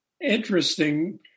interesting